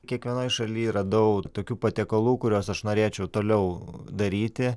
kiekvienoj šaly radau tokių patiekalų kuriuos aš norėčiau toliau daryti